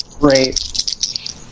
Great